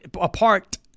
apart